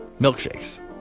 milkshakes